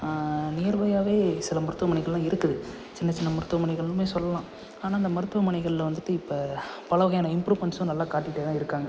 நியர்பையாகவே சில மருத்துமனைகள் எல்லாம் இருக்குது சின்ன சின்ன மருத்துவமனைகளுமே சொல்லலாம் ஆனால் அந்த மருத்துவமனைகளில் வந்துவிட்டு இப்போ பலவகையான இம்ப்புருபன்ஸ்ஸும் நல்லா காட்டிகிட்டே தான் இருக்காங்க